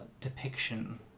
depiction